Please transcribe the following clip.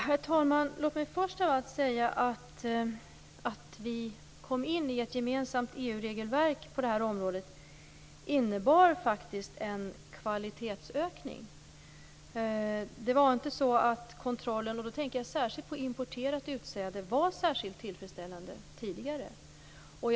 Herr talman! Låt mig först av allt säga att det faktiskt innebar en kvalitetsökning att vi kom in i ett gemensamt EU-regelverk på detta område. Kontrollen var inte särskilt tillfredsställande tidigare - jag tänker då särskilt på importerat utsäde.